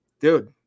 dude